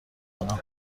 کنم